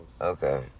Okay